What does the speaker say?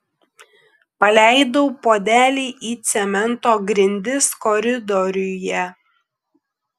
paleidau puodelį į cemento grindis koridoriuje